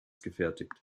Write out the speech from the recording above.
gefertigt